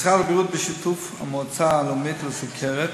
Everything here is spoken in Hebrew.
משרד הבריאות, בשיתוף המועצה הלאומית לסוכרת,